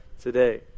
Today